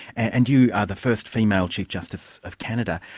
and you are the first female chief justice of canada.